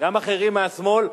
גם אחרים מהשמאל,